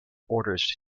orders